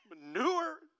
manure